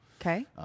Okay